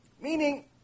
Meaning